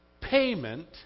payment